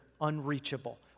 unreachable